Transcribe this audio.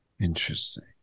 Interesting